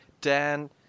Dan